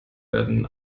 werden